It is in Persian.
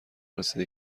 رسیده